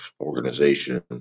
organization